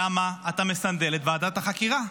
למה אתה מסנדל את ועדת החקירה?